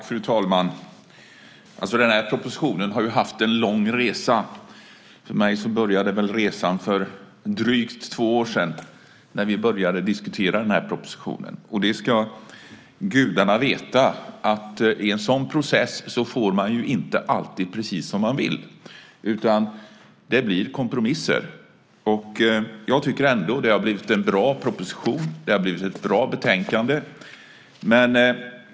Fru talman! Den här propositionen har ju haft en lång resa. För mig började väl resan för drygt två år sedan, när vi började diskutera den här propositionen. Gudarna ska veta att man i en sådan process inte alltid får det precis som man vill, utan det blir kompromisser. Jag tycker ändå att det har blivit en bra proposition. Det har blivit ett bra betänkande.